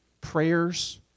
prayers